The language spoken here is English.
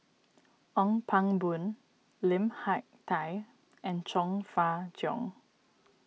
Ong Pang Boon Lim Hak Tai and Chong Fah Cheong